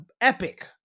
epic